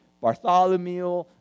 Bartholomew